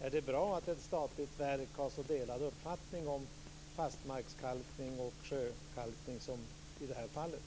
Är det bra att man på ett statligt verk har så delade uppfattningar om fastmarkskalkning och sjökalkning som i detta fall?